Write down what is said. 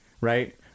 right